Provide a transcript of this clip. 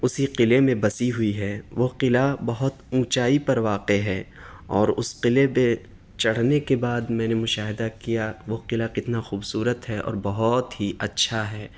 اسی قلعے میں بسی ہوئی ہے وہ قلعہ بہت اونچائی پر واقع ہے اور اس قلعے پہ چڑھنے نے کے بعد میں نے مشاہدہ کیا وہ قلعہ کتنا خوبصورت ہے اور بہت ہی اچھا ہے